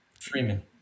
Freeman